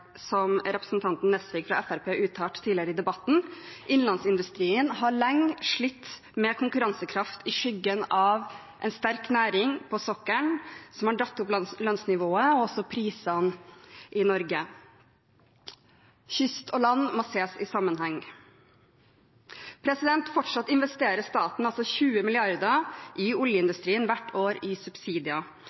som representanten Nesvik fra Fremskrittspartiet uttalte tidligere i debatten. Innlandsindustrien har lenge slitt med konkurransekraften i skyggen av en sterk næring på sokkelen, som har dratt opp lønnsnivået og også prisene i Norge. Kyst og land må ses i sammenheng. Fortsatt investerer altså staten 20 mrd. kr i oljeindustrien hvert år i subsidier.